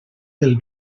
del